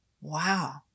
Wow